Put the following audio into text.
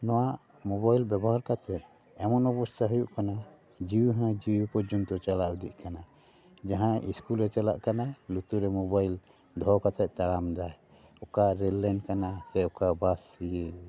ᱱᱚᱣᱟ ᱢᱳᱵᱟᱭᱤᱞ ᱵᱮᱵᱚᱦᱟᱨ ᱠᱟᱛᱮ ᱮᱢᱚᱱ ᱚᱵᱚᱥᱛᱟ ᱦᱩᱭᱩᱜ ᱠᱟᱱᱟ ᱡᱤᱣᱤ ᱦᱚ ᱡᱤᱣᱤ ᱯᱚᱨᱡᱚᱱᱛᱚ ᱪᱟᱞᱟᱣ ᱤᱫᱤᱜ ᱠᱟᱱᱟ ᱤᱥᱠᱩᱞᱮ ᱪᱟᱞᱟᱜ ᱠᱟᱱᱟ ᱞᱩᱛᱩᱨ ᱨᱮ ᱢᱳᱵᱟᱭᱤᱞ ᱫᱚᱦᱚ ᱠᱟᱛᱮ ᱛᱟᱲᱟᱢ ᱫᱟ ᱚᱠᱟ ᱨᱮᱹᱞ ᱞᱟᱭᱤᱱ ᱠᱟᱱᱟ ᱥᱮ ᱚᱠᱟ ᱵᱟᱥ ᱤᱭᱟᱹ